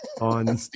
on